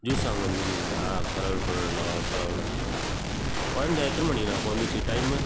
juice வாங்க வந்திருக்கீங்களா பரவாயில்ல பரவாயில்லண்ணா பரவாயில்ண்ணா குழந்த எத்தனை மணிக்குண்ணா பிறந்துச்சு டைமு